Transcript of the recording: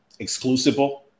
Exclusible